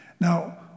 Now